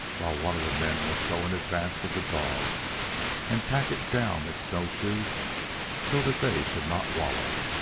while one of the men must go in advance of the dogs and pack it down with snowshoes so that they should not wallow.